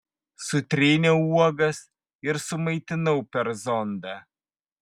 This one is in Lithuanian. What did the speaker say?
sutryniau uogas ir sumaitinau per zondą